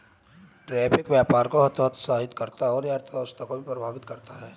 tariff व्यापार को हतोत्साहित करता है और यह अर्थव्यवस्था को प्रभावित करता है